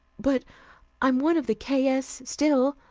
but i'm one of the k. s still,